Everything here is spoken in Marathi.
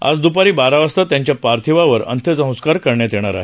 आज द्पारी बारा वाजता त्यांच्या पार्थिवावर अंत्यसंस्कार करण्यात येणार आहेत